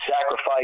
sacrifice